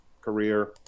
career